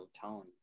tone